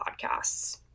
Podcasts